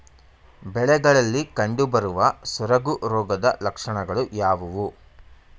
ಬೆಳೆಗಳಲ್ಲಿ ಕಂಡುಬರುವ ಸೊರಗು ರೋಗದ ಲಕ್ಷಣಗಳು ಯಾವುವು?